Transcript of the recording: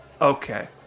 okay